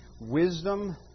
wisdom